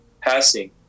passing